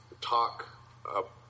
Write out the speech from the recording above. talk